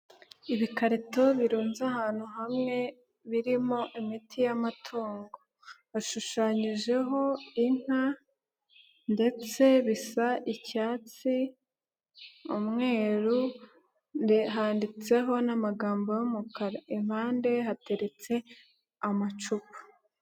Ibikarito birunze ahantu hamwe birimo imiti y'amatungo hashushanyijeho inka ndetse bisa icyatsi, umweru, handitseho n'amagambo y'umukara, impande hateretse amacupa.